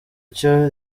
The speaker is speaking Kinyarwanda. icyo